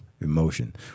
emotion